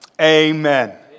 Amen